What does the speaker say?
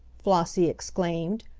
flossie exclaimed,